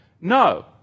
no